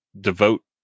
devote